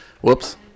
Whoops